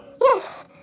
Yes